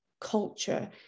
culture